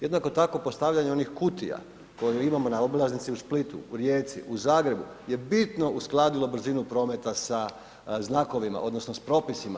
Jednako tako postavljanje onih kutija koje imamo na obilaznici u Splitu, u Rijeci, u Zagrebu je bitno uskladilo brzinu prometa sa znakovima, odnosno sa propisima.